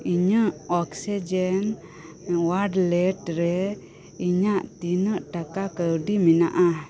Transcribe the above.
ᱤᱧᱟᱹᱜ oxygen outlet ᱨᱮ ᱤᱧᱟᱹᱜ ᱛᱤᱱᱟᱹᱜ ᱴᱟᱠᱟ ᱠᱟᱹᱣᱰᱤ ᱢᱮᱱᱟᱜᱼᱟ